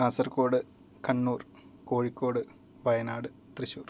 Kasaragod Kannur Kozhikode Wayanad Thrissur